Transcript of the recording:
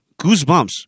goosebumps